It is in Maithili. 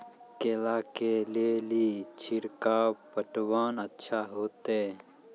केला के ले ली छिड़काव पटवन अच्छा होते?